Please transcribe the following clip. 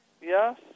Yes